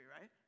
right